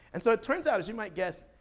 and so it turns out as you might guess,